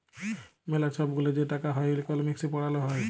ম্যালা ছব গুলা যে টাকা হ্যয় ইকলমিক্সে পড়াল হ্যয়